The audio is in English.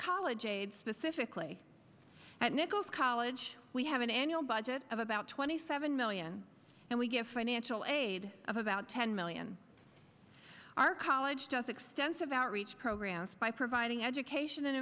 college aid specifically at nichols college we have an annual budget of about twenty seven million and we give financial aid of about ten million our college does extensive outreach programs by providing education and